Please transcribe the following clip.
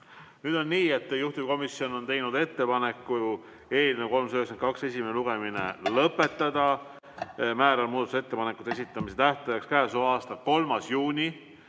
Nüüd on nii, et juhtivkomisjon on teinud ettepaneku eelnõu 392 esimene lugemine lõpetada. Määran muudatusettepanekute esitamise tähtajaks k.a 3. juuni